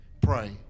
pray